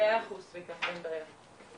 ואני מתנצלת בפני כולם על זמנם המבוזבז.